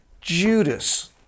Judas